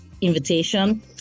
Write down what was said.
invitation